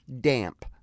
damp